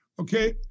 Okay